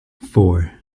four